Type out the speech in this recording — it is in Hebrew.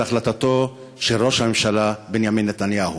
החלטתו של ראש הממשלה בנימין נתניהו.